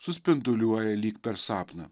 suspinduliuoja lyg per sapną